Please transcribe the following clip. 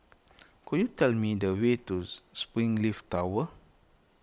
could you tell me the way to Springleaf Tower